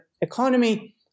economy